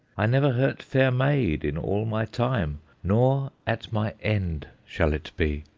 i never hurt fair maid in all my time, nor at my end shall it be